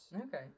Okay